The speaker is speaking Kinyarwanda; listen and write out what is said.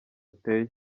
uteye